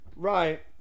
right